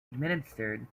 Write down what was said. administered